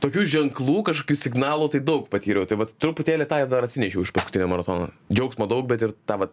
tokių ženklų kažkokių signalų tai daug patyriau tai vat truputėlį tą ir dar atsinešiau iš paskutinio maratono džiaugsmo daug bet ir tą vat